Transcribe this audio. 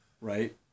Right